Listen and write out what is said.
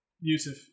Yusuf